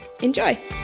enjoy